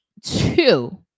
Two